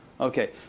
Okay